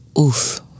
Oof